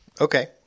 Okay